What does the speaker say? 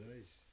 Nice